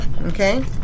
Okay